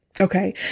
Okay